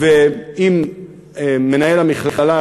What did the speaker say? ועם מנהל המכללה,